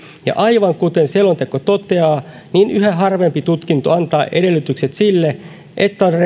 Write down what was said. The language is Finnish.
ja aivan kuten selonteko toteaa yhä harvempi tutkinto antaa edellytykset sille että